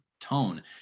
tone